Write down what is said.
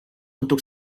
untuk